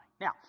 Now